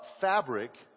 fabric